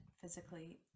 physically